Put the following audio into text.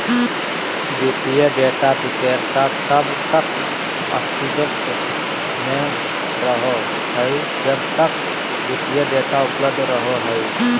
वित्तीय डेटा विक्रेता तब तक अस्तित्व में रहो हइ जब तक वित्तीय डेटा उपलब्ध रहो हइ